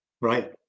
Right